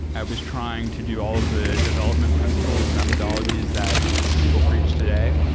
i was trying to do all of the development principles and methodologies that people preach today,